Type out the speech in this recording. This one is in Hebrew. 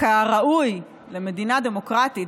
כראוי למדינה דמוקרטית,